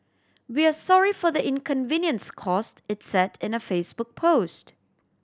we are sorry for the inconvenience caused it said in a Facebook post